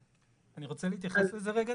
אני רוצה להתייחס לזה רגע.